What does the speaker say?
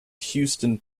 houston